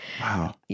wow